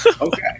Okay